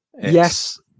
Yes